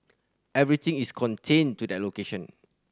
everything is contained to that location